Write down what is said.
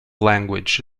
language